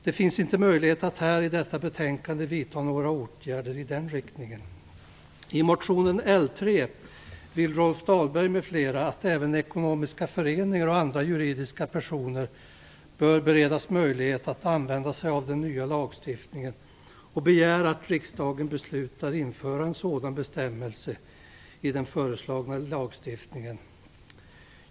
Det finns inte möjlighet att här i detta betänkande föreslå några åtgärder i den riktningen.